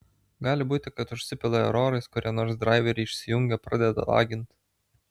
gali būti kad užsipila erorais kurie nors draiveriai išsijungia pradeda lagint